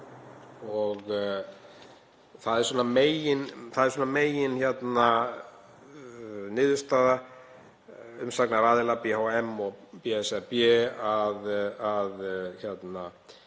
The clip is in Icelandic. Það er svona meginniðurstaða umsagnaraðila, BHM og BSRB, að